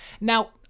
Now